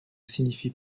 signifie